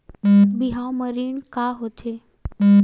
बिहाव म ऋण का होथे?